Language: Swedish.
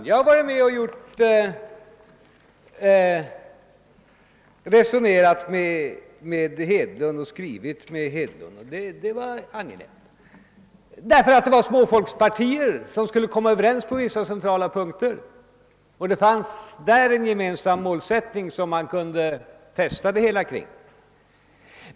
Jag har varit med och resonerat med herr Hedlund och skrivit med herr Hedlund, och det var angenämt, därför att det då var fråga om två småfolkspartier, som skulle komma överens på vissa centrala punkter, och det därför fanns en gemensam målsättning som man kunde fästa det hela omkring.